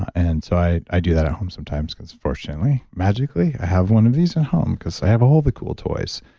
and so i i do that at home sometimes, because fortunately, magically, i have one of these at home, because i have all the cool toys.